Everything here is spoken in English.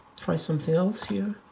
try something else here.